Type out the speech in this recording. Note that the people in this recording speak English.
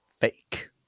fake